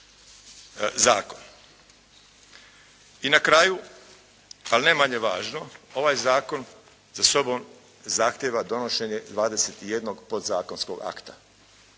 I na kraju, ali ne manje važno, ovaj zakon za sobom zahtjeva donošenje 21 podzakonskog akta.